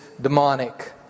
demonic